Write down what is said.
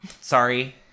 Sorry